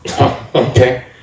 Okay